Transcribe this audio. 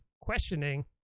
questioning